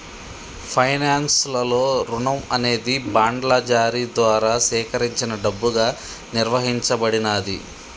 finance లలో రుణం అనేది బాండ్ల జారీ ద్వారా సేకరించిన డబ్బుగా నిర్వచించబడినాది